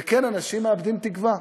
וכן, אנשים מאבדים תקווה.